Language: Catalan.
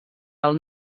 del